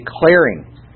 declaring